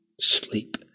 sleep